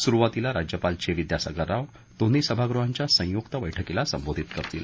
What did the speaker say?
सुरुवातीला राज्यपाल चे विद्यासागर राव दोन्ही सभागृहांच्या संयुक्त बैठकीला संबोधित करतील